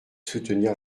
soutenir